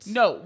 no